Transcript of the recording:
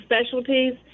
specialties